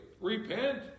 Repent